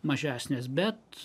mažesnės bet